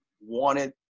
wanted